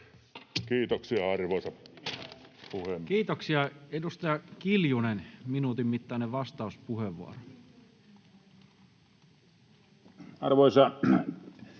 Time: 20:15 Content: Kiitoksia. — Edustaja Kiljunen, minuutin mittainen vastauspuheenvuoro.